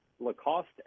Lacoste